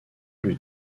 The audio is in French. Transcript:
plus